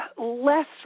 less